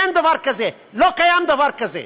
אין דבר כזה, לא קיים דבר כזה.